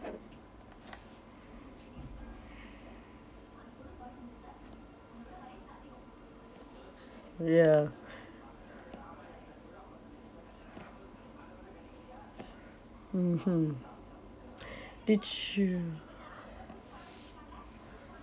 ya mmhmm did you